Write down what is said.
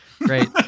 Great